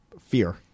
fear